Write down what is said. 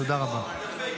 תודה רבה.